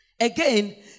Again